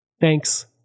Thanks